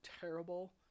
terrible